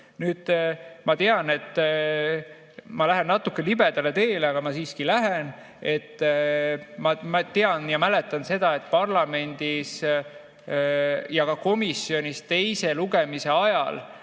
Nüüd, ma tean, et ma lähen natuke libedale teele, aga ma siiski lähen. Ma tean ja mäletan seda, et parlamendis ja ka komisjonis teise lugemise ajal